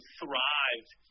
thrived